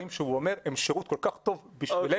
שהוא אומר הם שירות כל כך טוב בשבילנו,